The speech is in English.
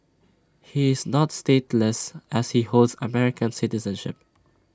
he is not stateless as he holds American citizenship